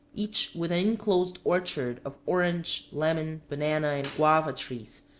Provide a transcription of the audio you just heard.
each with an inclosed orchard of orange, lemon, banana, and guava trees,